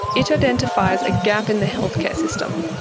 it identifies a gap in the healthcare system.